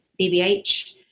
BBH